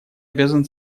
обязан